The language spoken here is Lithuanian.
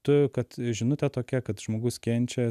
tu kad žinutė tokia kad žmogus kenčia